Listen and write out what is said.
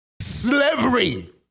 slavery